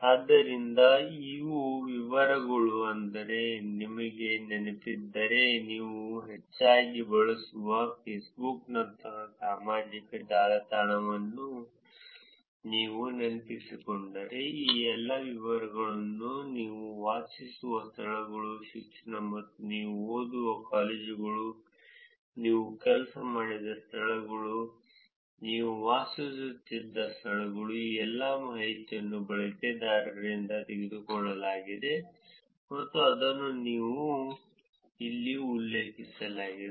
ಆದ್ದರಿಂದ ಇವು ವಿವರಗಳು ಅಂದರೆ ನಿಮಗೆ ನೆನಪಿದ್ದರೆ ನೀವು ಹೆಚ್ಚಾಗಿ ಬಳಸುವ ಫೇಸ್ಬುಕ್ನಂತಹ ಸಾಮಾಜಿಕ ಜಾಲತಾಣ ಅನ್ನು ನೀವು ನೆನಪಿಸಿಕೊಂಡರೆ ಈ ಎಲ್ಲಾ ವಿವರಗಳನ್ನು ನೀವು ವಾಸಿಸುವ ಸ್ಥಳಗಳು ಶಿಕ್ಷಣ ನೀವು ಓದುವ ಕಾಲೇಜುಗಳು ನೀವು ಕೆಲಸ ಮಾಡಿದ ಸ್ಥಳಗಳು ನೀವು ವಾಸಿಸುತ್ತಿದ್ದ ಸ್ಥಳಗಳು ಈ ಎಲ್ಲಾ ಮಾಹಿತಿಯನ್ನು ಬಳಕೆದಾರರಿಂದ ತೆಗೆದುಕೊಳ್ಳಲಾಗಿದೆ ಮತ್ತು ಅದನ್ನು ಇಲ್ಲಿ ಉಲ್ಲೇಖಿಸಲಾಗಿದೆ